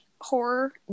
horror